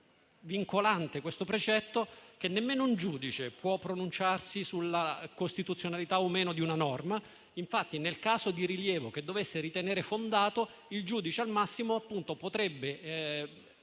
vincolante che nemmeno un giudice può pronunciarsi sulla costituzionalità o meno di una norma, infatti nel caso di rilievo che dovesse ritenere fondato, il giudice al massimo potrebbe